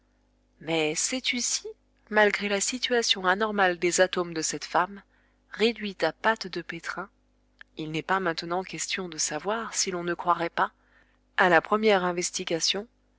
mais sais-tu si malgré la situation anormale des atomes de cette femme réduite à pâte de pétrin il n'est pas maintenant question de savoir si l'on ne croirait pas à la première investigation